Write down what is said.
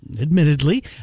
admittedly